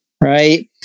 right